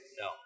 No